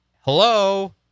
hello